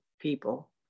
people